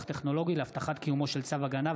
טכנולוגי להבטחת קיומו של צו הגנה,